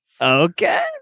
okay